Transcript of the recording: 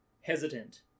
hesitant